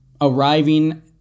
arriving